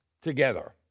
together